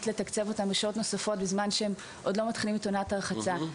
לתקצב אותם בשעות נוספות לפני עונת הרחצה.